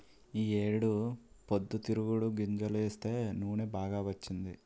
ఈ ఏడు పొద్దుతిరుగుడు గింజలేస్తే నూనె బాగా వచ్చింది